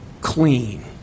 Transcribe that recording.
clean